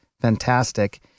Fantastic